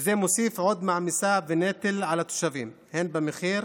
וזה מוסיף עוד מעמסה ונטל על התושבים, הן במחיר